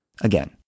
Again